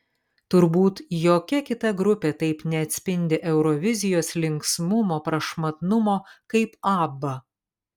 turbūt jokia kita grupė taip neatspindi eurovizijos linksmumo prašmatnumo kaip abba